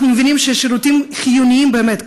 אנחנו מבינים ששירותים חיוניים באמת,